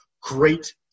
great